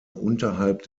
unterhalb